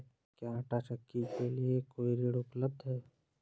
क्या आंटा चक्की के लिए कोई ऋण उपलब्ध है?